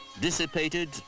dissipated